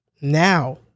Now